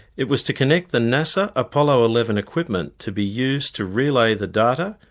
it was to connect the nasa apollo eleven equipment to be used to relay the data,